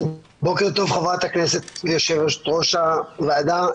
בוקר טוב, חברת הכנסת, יושבת ראש הוועדה.